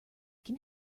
can